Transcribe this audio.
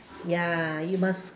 ya you must